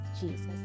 Jesus